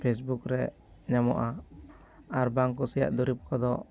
Facebook ᱨᱮ ᱧᱟᱢᱚᱜᱼᱟ ᱟᱨ ᱵᱟᱝ ᱠᱩᱥᱤᱭᱟᱜ ᱫᱩᱨᱤᱵᱽ ᱠᱚᱫᱚ